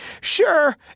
Sure